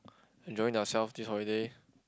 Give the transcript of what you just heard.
enjoying their selves this holiday